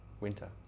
Winter